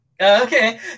okay